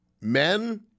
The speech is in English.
men